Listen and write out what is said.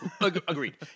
Agreed